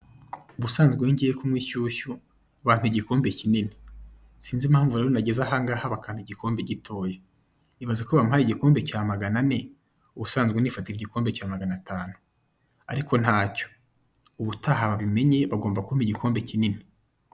Ubusanzwe iyo ngiye kunywa inshyushyu, bampa igikomambe kinini, sinzi impamvu rero nageze aha ngaha bakampa igikombe gitoya, ibaze ko bampaye igikombe cya magana ane ubusanzwe nifatira igikombe cya magana tanu. ariko ntacyo ubutaha babimenye bagomba kumpa mugikombe kinini.